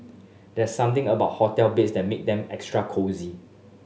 there's something about hotel beds that make them extra cosy